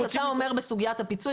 זאת אומרת אתה אומר 'בסוגיית הפיצוי,